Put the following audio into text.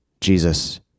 Jesus